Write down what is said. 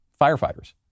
firefighters